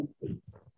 please